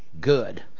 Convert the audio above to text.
good